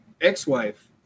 ex-wife